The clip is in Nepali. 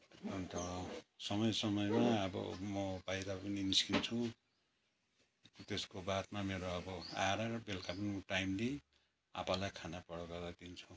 अन्त समय समयमा अब म बाहिर पनि निस्किन्छु त्यसको बादमा मेरो अब आएर बेलुका पनि म टाइमली आप्पालाई खाना बयल गरेर दिन्छु